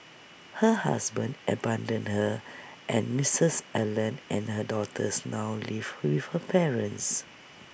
her husband abandoned her and misses Allen and her daughters now live with her parents